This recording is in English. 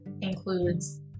includes